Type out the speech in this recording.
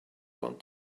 want